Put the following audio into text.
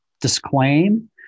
disclaim